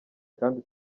kandi